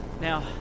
Now